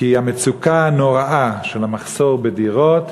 כי המצוקה הנוראה של המחסור בדירות,